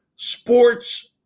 Sports